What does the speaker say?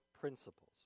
principles